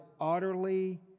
utterly